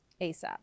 ASAP